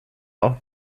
auf